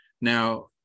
Now